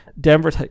denver